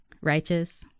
righteous